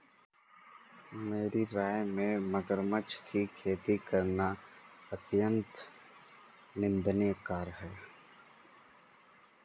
मेरी राय में मगरमच्छ की खेती करना अत्यंत निंदनीय कार्य है